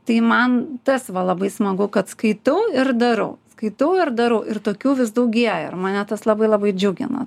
tai man tas va labai smagu kad skaitau ir darau skaitau ir darau ir tokių vis daugėja ir mane tas labai labai džiugina